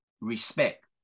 respect